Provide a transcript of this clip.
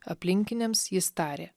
aplinkiniams jis tarė